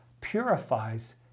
purifies